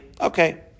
Okay